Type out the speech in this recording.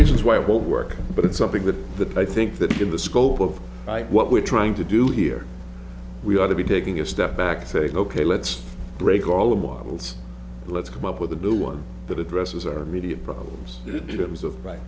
reasons why it won't work but it's something that the i think that in the scope of what we're trying to do here we ought to be taking a step back saying ok let's break all the models let's come up with a bill one that addresses our immediate problems